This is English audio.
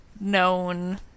known